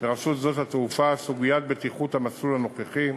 ורשות שדות התעופה סוגיית בטיחות המסלול הנוכחי.